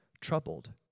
troubled